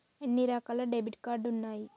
ఎన్ని రకాల debit card ఉన్నాయి?